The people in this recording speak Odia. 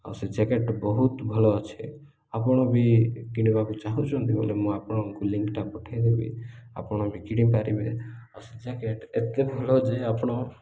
ଆଉ ସେ ଜ୍ୟାକେଟ୍ ବହୁତ ଭଲ ଅଛି ଆପଣ ବି କିଣିବାକୁ ଚାହୁଁଛନ୍ତି ବୋଲେ ମୁଁ ଆପଣଙ୍କୁ ଲିଙ୍କ୍ଟା ପଠାଇଦେବି ଆପଣ ବି କିଣିପାରିବେ ଆଉ ସେ ଜ୍ୟାକେଟ୍ ଏତେ ଭଲ ଯେ ଆପଣ